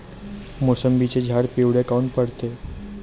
मोसंबीचे झाडं पिवळे काऊन पडते?